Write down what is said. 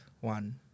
One